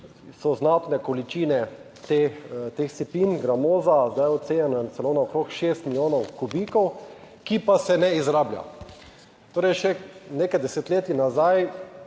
so znatne količine teh sipin, gramoza. Zdaj, ocenjena je celo na okrog šest milijonov kubikov, ki pa se ne izrablja. Torej še nekaj desetletij nazaj